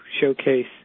showcase